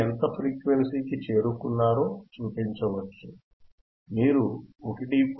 మీరు ఎంత ఫ్రీక్వెన్సీ కి చేరుకున్నారో చూపించవచ్చు మీరు 1